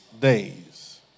days